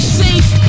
safe